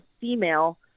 female